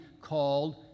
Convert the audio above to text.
called